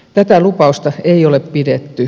tätä lupausta ei ole pidetty